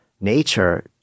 nature